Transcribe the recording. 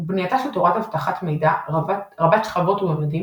בנייתה של תורת אבטחת מידע רבת שכבות וממדים,